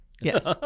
Yes